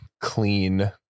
clean